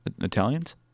Italians